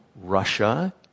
Russia